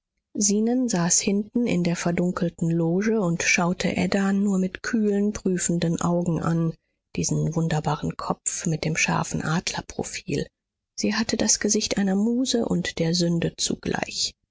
zenon saß hinten in der verdunkelten loge und schaute ada nur mit kühlen prüfenden augen an diesen wunderbaren kopf mit dem scharfen adlerprofil sie hatte das gesicht einer muse und der sünde zugleich